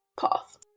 path